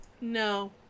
no